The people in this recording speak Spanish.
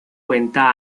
cuenta